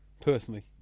personally